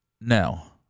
Now